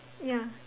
ya